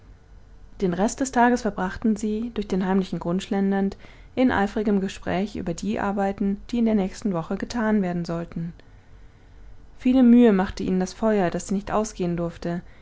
den rest des tages verbrachten sie durch den heimlichen grund schlendernd in eifrigem gespräch über die arbeiten die in der nächsten woche getan werden sollten viele mühe machte ihnen das feuer das nicht ausgehen durfte